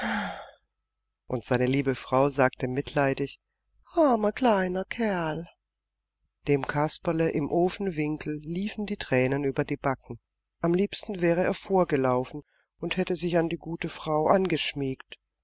und seine liebe frau sagte mitleidig armer kleiner kerl dem kasperle im ofenwinkel liefen die tränen über die backen am liebsten wäre er vorgelaufen und hätte sich an die gute frau angeschmiegt